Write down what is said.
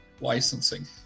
licensing